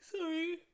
Sorry